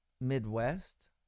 Midwest